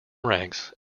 ranks